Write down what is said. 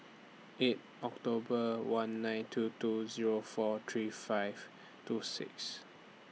eight October one nine two two Zero four three five two six